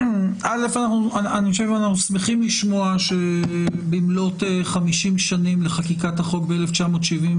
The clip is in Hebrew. אני חושב שאנחנו שמחים לשמוע במלאות 50 שנים לחקיקת החוק ב-1972,